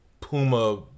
Puma